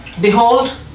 Behold